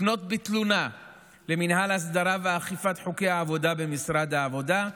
לפנות בתלונה למינהל הסדרה ואכיפת חוקי עבודה במשרד העבודה.